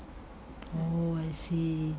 oh I see